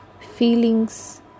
feelings